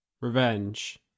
revenge